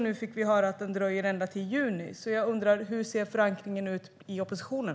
Nu fick vi höra att den kommer att dröja ända till juni. Hur ser förankringen ut i oppositionen?